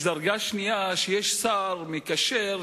יש דרגה שנייה שיש שר מקשר,